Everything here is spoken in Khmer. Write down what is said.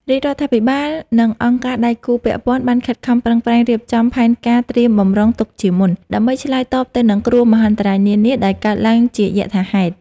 រាជរដ្ឋាភិបាលនិងអង្គការដៃគូពាក់ព័ន្ធបានខិតខំប្រឹងប្រែងរៀបចំផែនការត្រៀមបម្រុងទុកជាមុន ដើម្បីឆ្លើយតបទៅនឹងគ្រោះមហន្តរាយនានាដែលកើតឡើងជាយថាហេតុ។